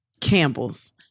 Campbell's